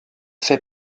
fait